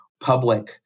public